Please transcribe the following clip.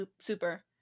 Super